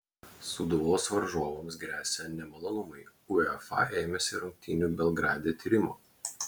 sūduvos varžovams gresia nemalonumai uefa ėmėsi rungtynių belgrade tyrimo